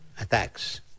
attacks